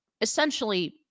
essentially